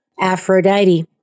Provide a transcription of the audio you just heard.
Aphrodite